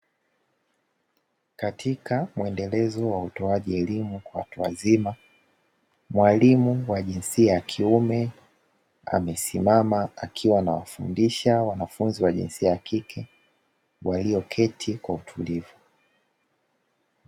Katika muendelezo wa utoaji elimu kwa watu wazima, mwalimu wa jinsia ya kiume amesimama, akiwa anawafundisha wanafunzi wa jinsia ya kike, walioketi kwa utulivu.